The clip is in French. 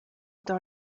dans